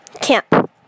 camp